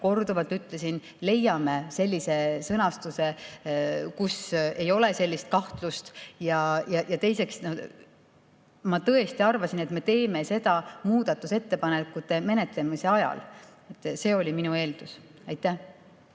korduvalt ütlesin, et leiame sellise sõnastuse, kus ei ole sellist kahtlust. Ja teiseks, ma tõesti arvasin, et me teeme seda muudatusettepanekute menetlemise ajal. See oli minu eeldus. Aitäh!